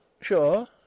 Sure